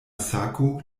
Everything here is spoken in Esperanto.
sako